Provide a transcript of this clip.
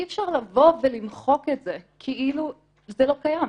אי אפשר לבוא ולמחוק את זה כאילו זה לא קיים.